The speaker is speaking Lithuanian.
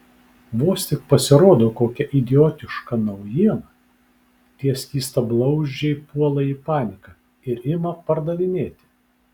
vos tik pasirodo kokia idiotiška naujiena tie skystablauzdžiai puola į paniką ir ima pardavinėti